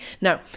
No